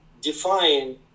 define